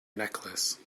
necklace